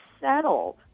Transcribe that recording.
settled